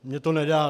Mně to nedá.